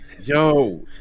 Yo